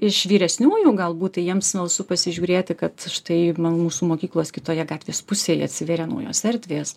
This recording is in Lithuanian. iš vyresniųjų galbūt tai jiems smalsu pasižiūrėti kad štai na mūsų mokyklos kitoje gatvės pusėje atsiveria naujos erdvės